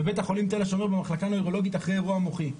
בבית החולים תל השומר במחלקה הנוירולוגית אחרי אירוע מוחי.